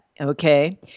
Okay